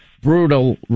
brutal